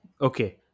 Okay